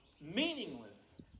meaningless